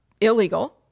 illegal